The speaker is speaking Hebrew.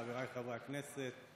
חבריי חברי הכנסת,